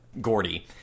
Gordy